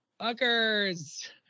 Fuckers